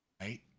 right